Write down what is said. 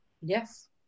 Yes